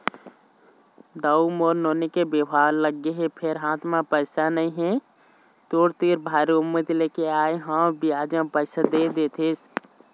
दाऊ मोर नोनी के बिहाव लगगे हे फेर हाथ म पइसा नइ हे, तोर तीर भारी उम्मीद लेके आय हंव बियाज म पइसा दे देतेस